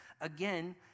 Again